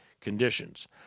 conditions